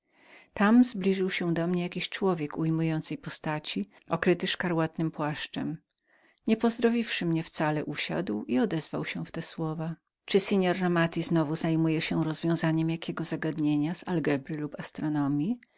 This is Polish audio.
tam zbliżył się do mnie jakiś człowiek uprzedzającej postaci okryty szkarłatnym płaszczem nie pozdrowiwszy mnie wcale usiadł i odezwał się w te słowa czy pan romati znowu zajmuje się rozwiązaniem jakiego zagadnienia z algebry lub astronomji